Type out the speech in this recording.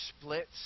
splits